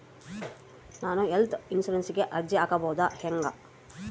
ನಾನು ಹೆಲ್ತ್ ಇನ್ಸುರೆನ್ಸಿಗೆ ಅರ್ಜಿ ಹಾಕದು ಹೆಂಗ?